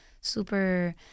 super